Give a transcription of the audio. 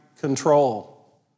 control